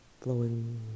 flowing